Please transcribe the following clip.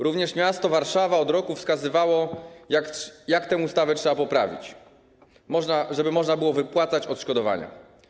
Również miasto Warszawa od roku wskazywało, jak tę ustawę trzeba poprawić, żeby można było wypłacać odszkodowania.